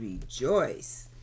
rejoice